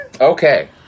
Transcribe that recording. Okay